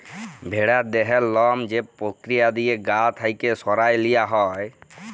ভেড়ার দেহের লম যে পক্রিয়া দিঁয়ে গা থ্যাইকে সরাঁয় লিয়া হ্যয়